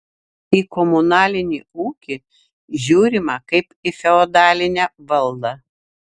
į komunalinį ūkį žiūrima kaip į feodalinę valdą